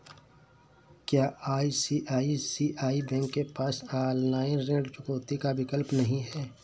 क्या ICICI bank के पास ऑनलाइन ऋण चुकौती का विकल्प नहीं है?